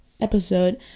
episode